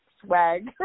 swag